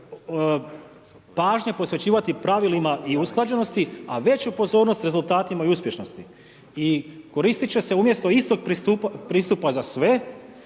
pažnje posvećivati pravilima i usklađenosti, a veću pozornost rezultatima i uspješnosti. I koristit će se umjesto istog pristupa za sve,